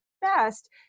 best